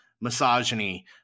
misogyny